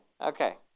okay